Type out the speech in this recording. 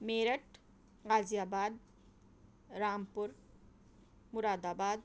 Meerut Ghaziabad Rampur مراد آباد